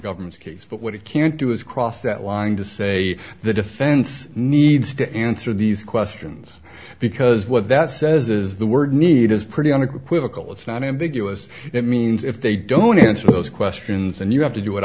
government's case but what it can't do is cross that line to say the defense needs to answer these questions because what that says is the word need is pretty unequivocal it's not ambiguous it means if they don't answer those questions and you have to do